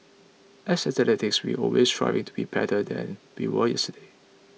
as athletes we always striving to be better than we were yesterday